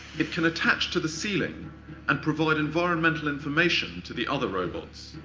it can attach to the ceiling and provide environmental information to the other robots.